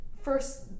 first